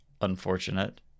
Unfortunate